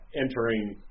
entering